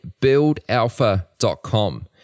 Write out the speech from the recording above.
buildalpha.com